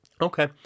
Okay